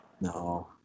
No